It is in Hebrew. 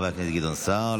חבר הכנסת גדעון סער.